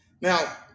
Now